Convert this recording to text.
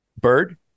Bird